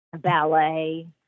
ballet